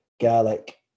garlic